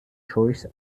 choice